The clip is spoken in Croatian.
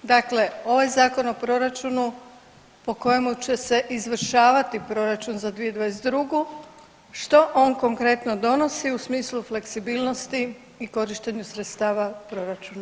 Dakle, ovaj zakon o proračunu po kojemu će se izvršavati proračun za 2022., što on konkretno donosi u smislu fleksibilnosti i korištenju sredstava u proračunu?